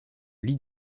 lit